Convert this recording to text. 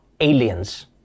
aliens